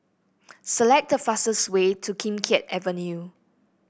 select the fastest way to Kim Keat Avenue